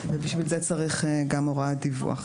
בשביל זה צריך גם הוראת דיווח.